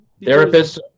Therapists